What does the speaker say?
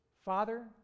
father